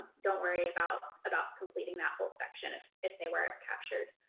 don't worry about about completing that whole section if if they were ah captured.